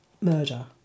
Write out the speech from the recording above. Murder